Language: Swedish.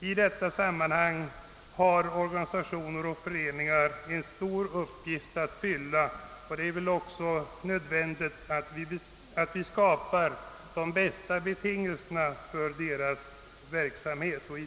I detta sammanhang har organisationer och föreningar en stor uppgift att fylla, det är också därför nödvändigt att vi skapar de bästa betingelserna för deras verksamhet.